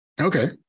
okay